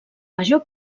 major